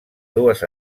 dues